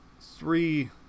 three